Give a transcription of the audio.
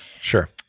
sure